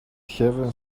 heaven